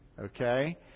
Okay